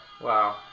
Wow